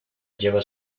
lleva